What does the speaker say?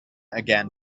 again